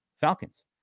Falcons